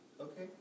Okay